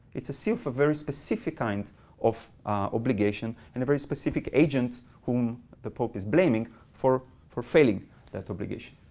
it's a sea for a very specific kind of obligation, and a very specific agent whom the pope is blaming for for failing that obligation.